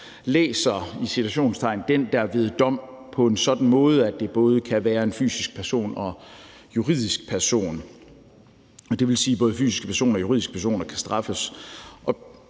vi er i her, læser »den, der ved dom« på en sådan måde, at det både kan være en fysisk person og en juridisk person. Det vil sige, at både fysiske personer og juridiske personer kan straffes.